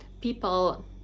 people